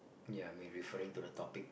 ya we referring to the topic